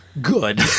Good